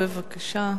בבקשה.